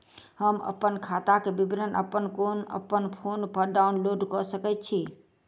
हम अप्पन खाताक विवरण अप्पन फोन पर डाउनलोड कऽ सकैत छी?